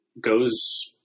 goes